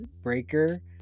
Breaker